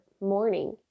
morning